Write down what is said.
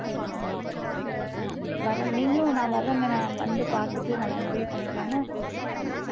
சரிங்க சரி அப்போ நான் வர்றேன்ங்க நீங்களும் நான் வர்றேன்ங்க நான் வந்து பார்த்துட்டு நம்ம முடிவு பண்ணிக்கலாம்ங்க ம்